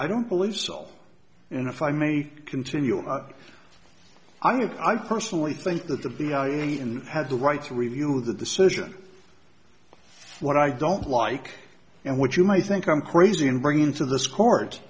i don't believe so and if i may continue i personally think that the in have the right to review of the decision what i don't like and what you may think i'm crazy and bring into this court